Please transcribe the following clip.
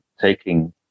taking